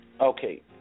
okay